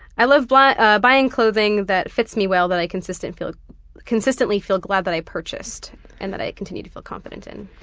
i love but ah buying clothing that fits me well that i consistently feel consistently feel glad that i purchased and that i continue to feel confident in.